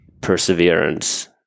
perseverance